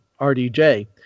RDJ